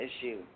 issue